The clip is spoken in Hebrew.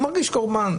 הוא מרגיש קורבן,